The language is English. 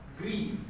grieve